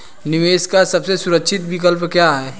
निवेश का सबसे सुरक्षित विकल्प क्या है?